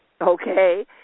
Okay